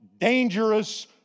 dangerous